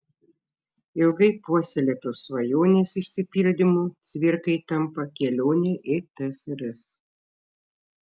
ilgai puoselėtos svajonės išsipildymu cvirkai tampa kelionė į tsrs